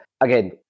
again